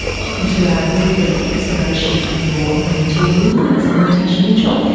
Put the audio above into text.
welcome to our weekly excavation of your mental wilderness. i'm natasha mitchell.